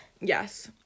yes